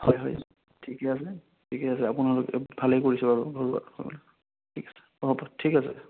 হয় হয় ঠিকে আছে ঠিকে আছে আপোনালোকে ভালেই কৰিছে বাৰু ঘৰুৱা হয় ঠিক আছে হ'ব ঠিক আছে